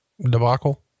debacle